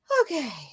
Okay